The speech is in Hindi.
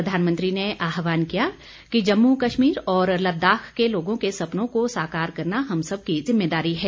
प्रधानमंत्री ने आहवान किया कि जम्मू कश्मीर और लददाख के लोगों के सपनों को साकार करना हम सब की ज़िम्मेदारी है